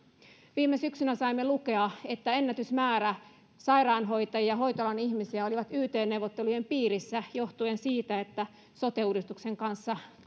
viime syksynä saimme lukea että ennätysmäärä sairaanhoitajia ja hoitoalan ihmisiä oli yt neuvottelujen piirissä johtuen siitä että sote uudistuksen kanssa